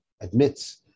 admits